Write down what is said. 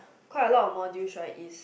quite a lot of modules right is